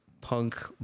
punk